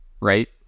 right